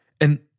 and-